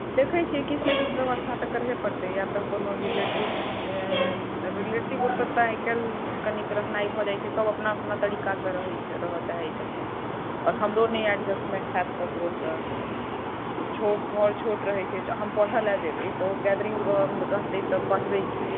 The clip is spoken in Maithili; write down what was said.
देखै छियै किछु ने किछु व्यवस्था तऽ करहे पड़तै या तऽ कोनो रिलेटिव अय रिलेटिव ओतय तऽ आइ काल्हि कनीक रहनाइ भऽ जाइ छै सब अपना अपना तरीका सॅं रहै छै रहय चाहै छथिन आब हमरो नहि अडजस्टमेंट होयत तऽ दोसर छोट घर छोट रहै छै तऽ हम पढ़य लए जेबै तऽ ओ गेदरिंग कऽ रहतै तऽ पढ़बै की